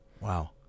Wow